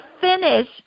finish